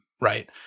right